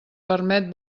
permet